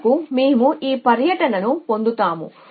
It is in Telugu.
చివరకు మేము ఈ పర్యటనను పొందుతాము